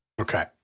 Okay